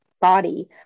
body